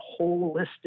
holistic